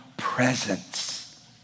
presence